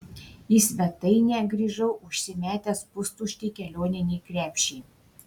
į svetainę grįžau užsimetęs pustuštį kelioninį krepšį